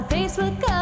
Facebook